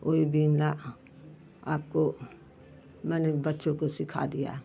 वही बुनना आपको मैंने बच्चों को सिखा दिया